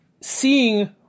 seeing